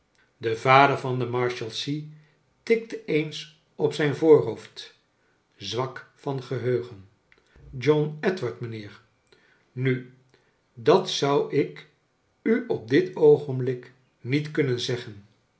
de vader van de marshalsea tikte eens op zijn voorhoofd zwak van geheugen john edward mijnheer nu dat zou ik u op dit oogenblik niet kunnen zeggen